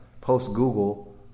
post-Google